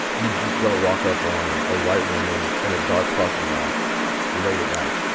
you just don't walk up on a white woman in a dark parking lot late at night.